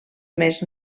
més